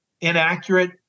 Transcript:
inaccurate